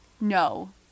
no